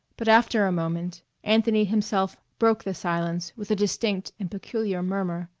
but after a moment anthony himself broke the silence with a distinct and peculiar murmur.